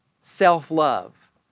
self-love